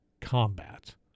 combat